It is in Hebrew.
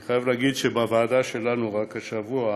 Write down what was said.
אני חייב להגיד שבוועדה שלנו, רק השבוע,